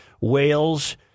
Whales